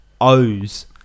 O's